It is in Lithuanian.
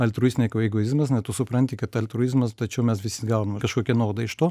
altruistinę eigoje egoizmas na tu supranti kad altruizmas tačiau mes visi gaunam kažkokią naudą iš to